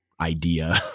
idea